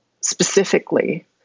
specifically